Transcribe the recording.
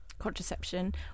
contraception